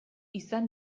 izan